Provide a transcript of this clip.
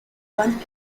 one